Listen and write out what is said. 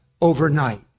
overnight